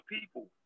people